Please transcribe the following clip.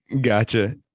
Gotcha